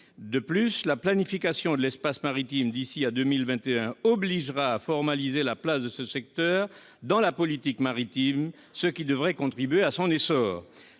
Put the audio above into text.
De plus, la planification de l'espace maritime d'ici à 2021 rendra nécessaire la formalisation de l'inclusion de ce secteur dans la politique maritime, ce qui devrait contribuer à son essor.